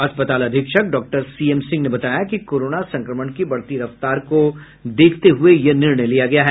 अस्पताल अधीक्षक doctor C M Singh ने बताया कि कोरोना संक्रमण की बढ़ती रफ्तार को देखते हुए यह निर्णय लिया गया है